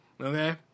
Okay